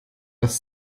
das